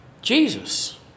Jesus